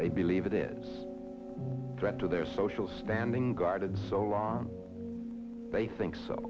they believe it is threat to their social standing guarded so long they think so